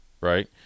right